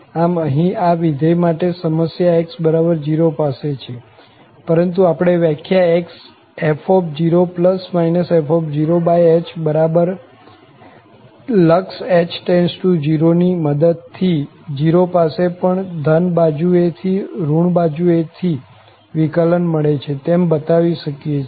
આમ અહીં આ વિધેય માટે સમસ્યા x0 પાસે છે પરંતુ આપણે વ્યાખ્યા f0h f0h બરાબર લક્ષ h→0 ની મદદ થી 0 પાસે પણ ધન બાજુએ થી કે ઋણ બાજુ એ થી વિકલન મળે છે તેમ બતાવી શકીએ છીએ